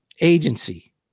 agency